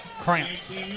cramps